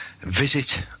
visit